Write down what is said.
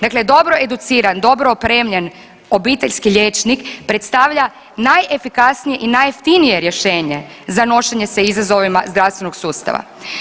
Dakle, dobro educiran, dobro opremljen obiteljski liječnik predstavlja najefikasnije i najjeftinije rješenje za nošenje sa izazovima zdravstvenog sustava.